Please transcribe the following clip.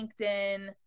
LinkedIn